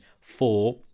four